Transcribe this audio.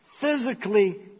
physically